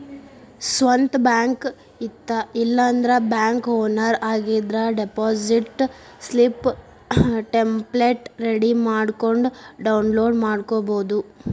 ಸ್ವಂತ್ ಬ್ಯಾಂಕ್ ಇತ್ತ ಇಲ್ಲಾಂದ್ರ ಬ್ಯಾಂಕ್ ಓನರ್ ಆಗಿದ್ರ ಡೆಪಾಸಿಟ್ ಸ್ಲಿಪ್ ಟೆಂಪ್ಲೆಟ್ ರೆಡಿ ಮಾಡ್ಕೊಂಡ್ ಡೌನ್ಲೋಡ್ ಮಾಡ್ಕೊಬೋದು